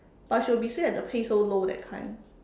but she will be say like the pay so low that kind